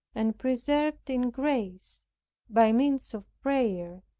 and preserved in grace by means of prayer,